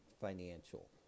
Financial